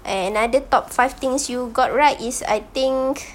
and top five things you got right is I think